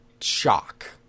shock